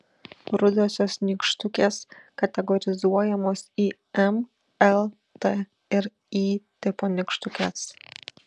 rudosios nykštukės kategorizuojamos į m l t ir y tipo nykštukes